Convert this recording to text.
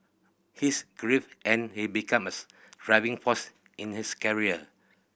his grief and he become his driving force in his career